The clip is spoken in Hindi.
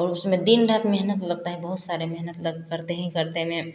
और उसमें दिन रात मेहनत लगता है बहुत सारे मेहनत लग करते ही करते में